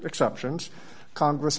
exceptions congress